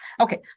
Okay